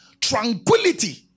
tranquility